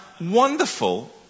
wonderful